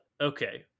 Okay